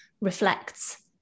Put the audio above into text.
reflects